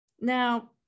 Now